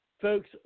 folks